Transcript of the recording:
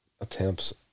attempts